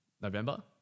November